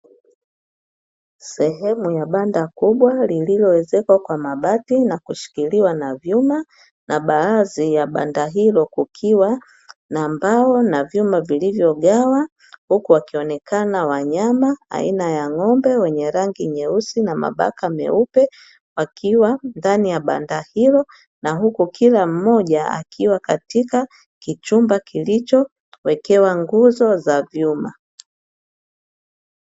Sehemu ya banda kubwa lililoezekwa kwa mabati na kushikiliwa na vyuma, na baadhi ya banda hilo kukiwa na mbao na vyuma vilivyogawa huku wakionekana wanyama aina ya ng'ombe wenye rangi nyeusi na mabaka meupe wakiwa ndani ya banda hilo, na huku kila mmoja akiwa katika kichumba kilichowekewa nguzo za vyuma.